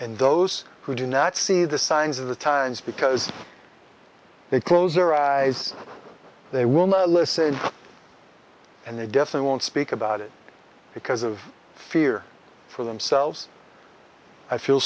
and those who do not see the signs of the times because they close their eyes they will not listen and they deaf and won't speak about it because of fear for themselves i feel